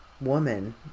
woman